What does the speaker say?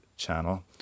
channel